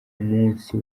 munsi